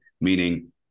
meaning